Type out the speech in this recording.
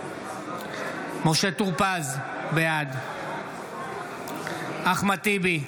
בעד משה טור פז, בעד אחמד טיבי,